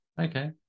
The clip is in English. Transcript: Okay